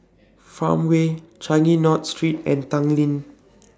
Farmway Changi North Street and Tanglin